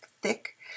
Thick